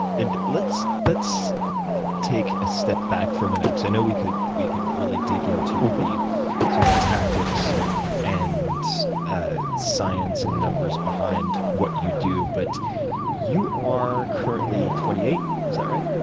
and let's let's take a step back from it it because i know we could we could really dig into the sort of tactics and ah science and numbers behind what you do. but you are currently twenty eight, is that right?